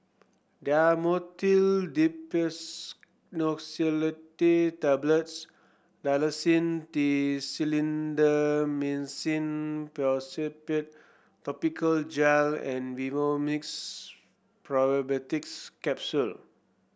Dhamotil Diphenoxylate Tablets Dalacin T Clindamycin Phosphate Topical Gel and Vivomixx Probiotics Capsule